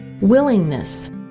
Willingness